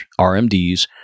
RMDs